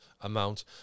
amount